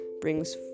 brings